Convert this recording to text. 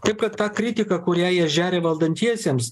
taip kad ta kritika kurią jie žeria valdantiesiems